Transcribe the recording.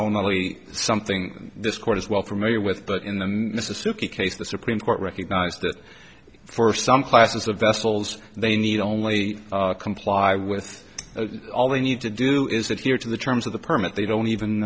only something this court is well familiar with but in the mississippi case the supreme court recognized that for some classes of vessels they need only comply with all they need to do is that here in the terms of the permit they don't even